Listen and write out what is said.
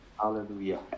Hallelujah